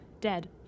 dead